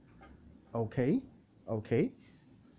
okay okay